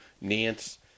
Nance